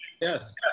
Yes